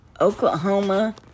Oklahoma